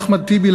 אחמד טיבי,